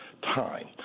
time